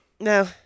No